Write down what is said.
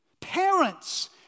Parents